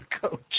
coach